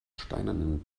steinernen